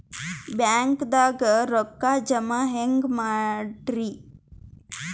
ಬ್ಯಾಂಕ್ದಾಗ ರೊಕ್ಕ ಜಮ ಹೆಂಗ್ ಮಾಡದ್ರಿ?